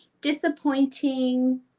disappointing